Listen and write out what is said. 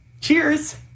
Cheers